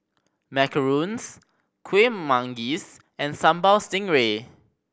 macarons Kueh Manggis and Sambal Stingray